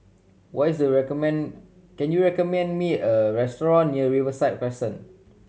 what is recommend can you recommend me a restaurant near Riverside Crescent